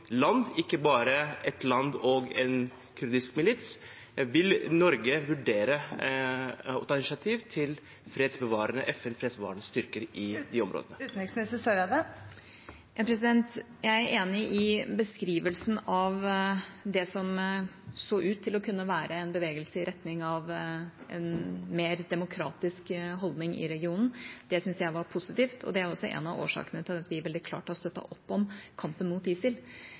land, ikke bare ett land og en kurdisk milits. Vil Norge vurdere å ta initiativ til fredsbevarende FN-styrker i de områdene? Jeg er enig i beskrivelsen av det som så ut til å kunne være en bevegelse i retning av en mer demokratisk holdning i regionen. Det synes jeg var positivt, og det er også en av årsakene til at vi veldig klart har støttet opp om kampen mot ISIL.